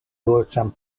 dolĉan